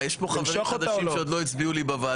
יש פה אנשים שעוד לא הצביעו לי בוועדה.